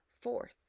Fourth